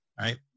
Right